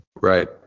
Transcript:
Right